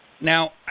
Now